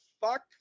fuck